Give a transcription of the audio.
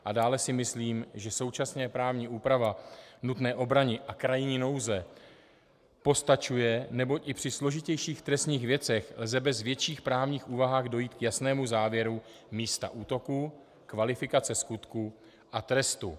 A dále si myslím, že současná právní úprava nutné obrany a krajní nouze postačuje, neboť i při složitějších trestních věcech lze bez větších právních úvah dojít k jasnému závěru místa útoku, kvalifikace skutku a trestu.